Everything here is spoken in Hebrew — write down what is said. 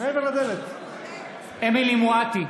חיה מואטי,